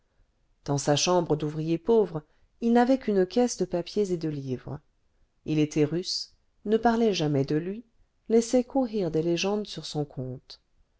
dans sa chambre d'ouvrier pauvre il n'avait qu'une caisse de papiers et de livres il était russe ne parlait jamais de lui laissait courir des légendes sur son compte